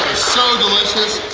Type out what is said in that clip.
so delicious!